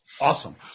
Awesome